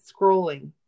scrolling